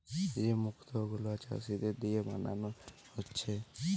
যে মুক্ত গুলা চাষীদের দিয়ে বানানা হচ্ছে